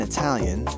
Italian